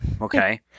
okay